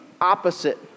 opposite